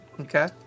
Okay